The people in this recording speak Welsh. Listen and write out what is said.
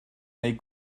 neu